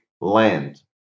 land